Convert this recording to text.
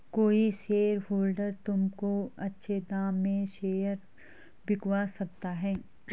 कोई शेयरहोल्डर तुमको अच्छे दाम में शेयर बिकवा सकता है